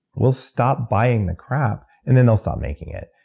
we'll stop buying the crap and then they'll stop making it.